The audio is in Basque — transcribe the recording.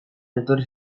etorri